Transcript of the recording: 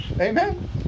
Amen